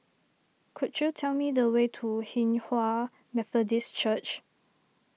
could you tell me the way to Hinghwa Methodist Church